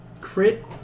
Crit